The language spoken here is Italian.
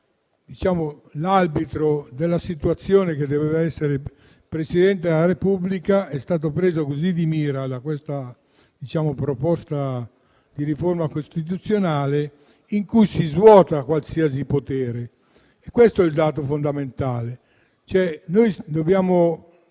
l'arbitro della situazione, che doveva essere il Presidente della Repubblica, sia stato preso di mira da questa proposta di riforma costituzionale, in cui si svuota qualsiasi potere. Questo è il dato fondamentale. Questo